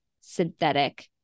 synthetic